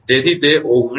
તેથી તે 19